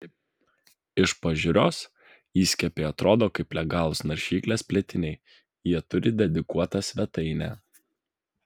iš pažiūros įskiepiai atrodo kaip legalūs naršyklės plėtiniai jie turi dedikuotą svetainę